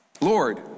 Lord